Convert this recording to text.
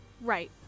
Right